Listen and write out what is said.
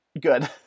good